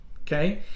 Okay